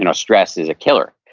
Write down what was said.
and stress is a killer.